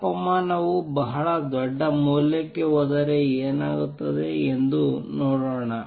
ತಾಪಮಾನವು ಬಹಳ ದೊಡ್ಡ ಮೌಲ್ಯಕ್ಕೆ ಹೋದರೆ ಏನಾಗುತ್ತದೆ ಎಂದು ನೋಡೋಣ